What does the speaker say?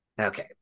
Okay